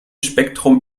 spektrum